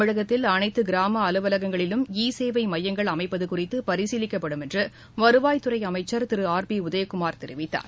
தமிழகத்தில் அனைத்து கிராம அலுவலகங்களிலும் ஈ சேவை மையங்கள் அமைப்பது குறித்து பரிசீலிக்கப்படும் என்று வருவாய் துறை அமைச்சர் திரு ஆர் பி உதயகுமார் தெரிவித்தார்